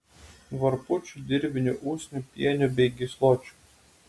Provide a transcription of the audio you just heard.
varpučių dirvinių usnių pienių bei gysločių